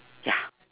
ya